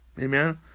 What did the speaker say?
Amen